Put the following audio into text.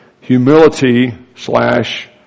humility-slash-